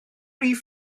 rif